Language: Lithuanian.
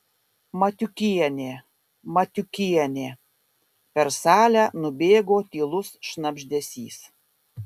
matiukienė matiukienė per salę nubėgo tylus šnabždesys